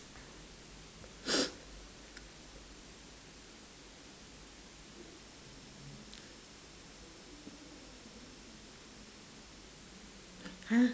!huh!